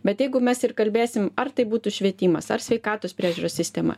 bet jeigu mes ir kalbėsim ar tai būtų švietimas ar sveikatos priežiūros sistema